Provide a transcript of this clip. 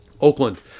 Oakland